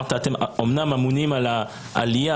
אתם אומנם אמונים על העלייה,